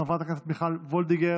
חברת הכנסת מיכל וולדיגר,